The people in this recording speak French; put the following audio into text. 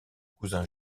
cousin